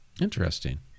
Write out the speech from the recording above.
interesting